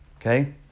Okay